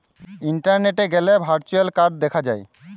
ইন্টারনেটে গ্যালে virtual card দেখা যায়